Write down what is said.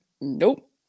Nope